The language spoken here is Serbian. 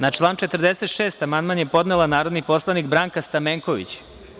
Na član 46. amandman je podnela narodan poslanica Branka Stamenković.